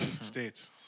States